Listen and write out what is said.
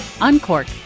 Uncork